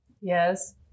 Yes